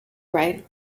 right